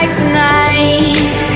tonight